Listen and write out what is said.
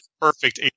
perfect